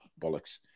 bollocks